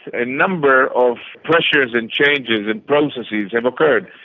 a number of pressures and changes and processes have occurred.